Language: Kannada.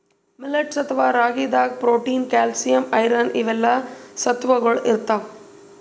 ಮಿಲ್ಲೆಟ್ಸ್ ಅಥವಾ ರಾಗಿದಾಗ್ ಪ್ರೊಟೀನ್, ಕ್ಯಾಲ್ಸಿಯಂ, ಐರನ್ ಇವೆಲ್ಲಾ ಸತ್ವಗೊಳ್ ಇರ್ತವ್